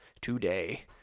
today